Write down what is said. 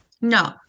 No